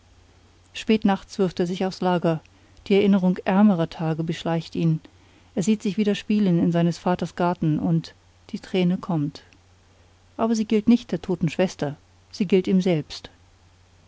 spät nachts wirft er sich aufs lager die erinnerung ärmerer tage beschleicht ihn er sieht sich wieder spielen in seines vaters garten und die träne kommt aber sie gilt nicht der toten schwester sie gilt ihm selbst